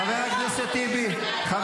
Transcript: חברת הכנסת גוטליב.